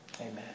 Amen